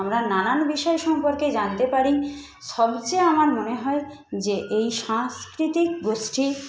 আমরা নানান বিষয় সম্পর্কে জানতে পারি সবচেয়ে আমার মনে হয় যে এই সাংস্কৃতিক গোষ্ঠী